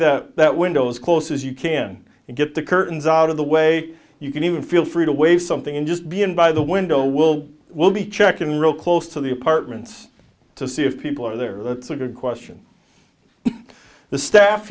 the that window as close as you can and get the curtains out of the way you can even feel free to wave something in just be in by the window will will be check in real close to the apartments to see if people are there that's a good question the staff